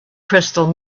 crystal